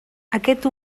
aquest